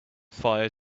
fire